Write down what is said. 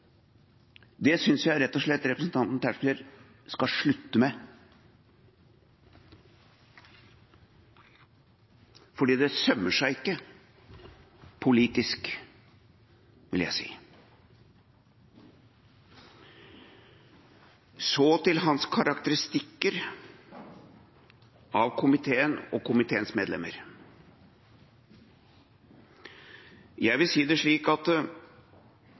Det synes jeg representanten Tetzschner rett og slett skal slutte med, for det sømmer seg ikke politisk, vil jeg si. Så til hans karakteristikker av komiteen og komiteens medlemmer: Jeg vil si at det